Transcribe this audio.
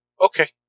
Okay